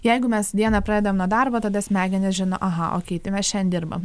jeigu mes dieną pradedam nuo darbo tada smegenys žino aha okei tai mes šiandien dirbam